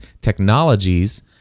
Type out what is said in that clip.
technologies